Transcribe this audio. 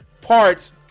parts